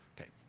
Okay